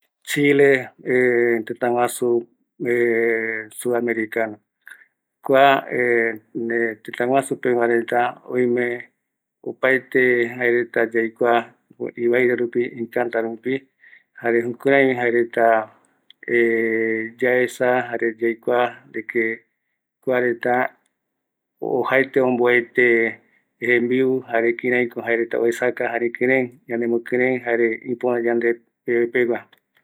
Chile tëtä guaju pais sud americano, kua pegua reta iyarete jaeko apo gueru yave ma español jare mapuche jaereta ipoesia jare jaereta jeko ma kampo pegua reta, jaereta apoyae guɨnoi jaeko airete bendimia jei superetano jaereta oesauka kirai jaereta oyarete